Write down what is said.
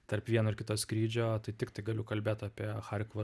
tarp vieno ir kito skrydžio tai tiktai galiu kalbėt apie charkivo